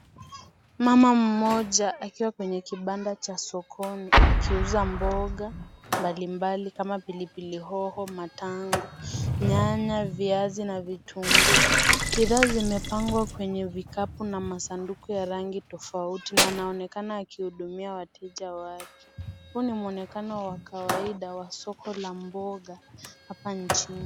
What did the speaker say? Mama mmoja akiwa kwenye kibanda cha sokoni akiuza mboga mbalimbali kama pilipili hoho, matangu, nyanya, viazi na vitunguu. Bidhaa zimepangwa kwenye vikapu na masanduku ya rangi tofauti na anaonekana akihudumia wateja wake. Huu ni muonekano wa kawaida wa soko la mboga hapa nchini.